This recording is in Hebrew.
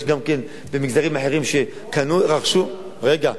יש גם במגזרים אחרים שרכשו לא עוברים דירה.